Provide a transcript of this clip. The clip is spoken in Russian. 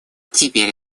теперь